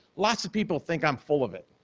lots of people think i'm full of it,